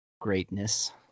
greatness